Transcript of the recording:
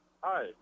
Hi